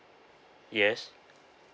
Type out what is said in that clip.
yes